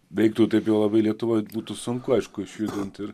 veiktų taip labai lietuvoje būtų sunku aišku išjudinti ir